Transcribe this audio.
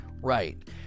Right